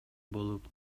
болуп